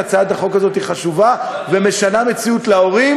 הצעת החוק הזאת היא חשובה ומשנה מציאות להורים